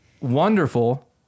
wonderful